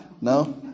no